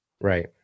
Right